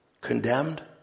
Condemned